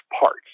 parts